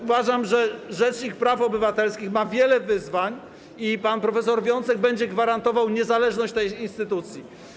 Uważam, że przed rzecznikiem praw obywatelskich stoi wiele wyzwań, a pan prof. Wiącek będzie gwarantował niezależność tej instytucji.